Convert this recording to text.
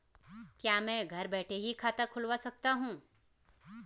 क्या मैं घर बैठे ही खाता खुलवा सकता हूँ?